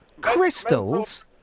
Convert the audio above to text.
Crystals